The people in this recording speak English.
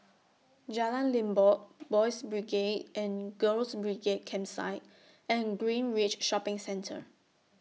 Jalan Limbok Boys' Brigade and Girls' Brigade Campsite and Greenridge Shopping Centre